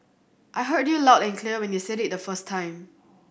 I heard you loud and clear when you said it the first time